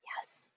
Yes